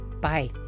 Bye